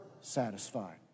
satisfied